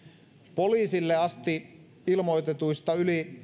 poliisille asti ilmoitettujen yli